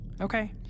Okay